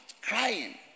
crying